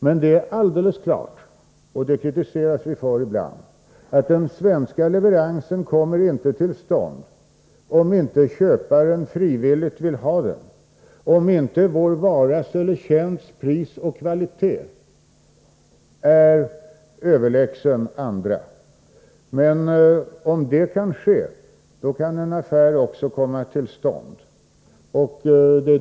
Men — och det kritiseras vi för ibland — den svenska leveransen kommer givetvis inte till stånd, om inte köparen frivilligt vill ha den och om inte vår varas eller tjänsts pris och kvalitet är överlägsen andras. Om så emellertid är fallet, kan en affär komma till stånd.